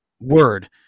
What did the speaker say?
word